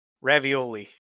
Ravioli